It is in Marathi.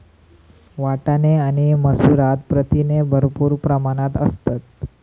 वाटाणे आणि मसूरात प्रथिने भरपूर प्रमाणात असतत